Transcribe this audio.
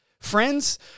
friends